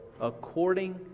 According